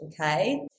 okay